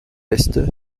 est